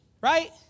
Right